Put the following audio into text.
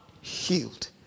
healed